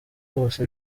rwose